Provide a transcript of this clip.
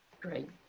great